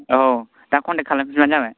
औ दा कन्टेक्त खालामफिनबानो जाबाय